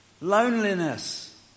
loneliness